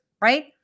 right